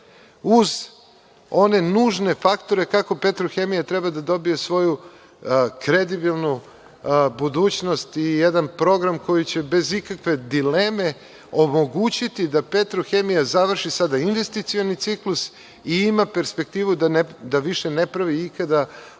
Uz one nužne faktore kako „Petrohemija“ treba da dobije svoju kredibilnu budućnost i jedan program koji će bez ikakve dileme omogućiti da „Petrohemija“ završi sada investicioni ciklus, i ima perspektivu da više ne pravi nikada ovakva